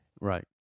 Right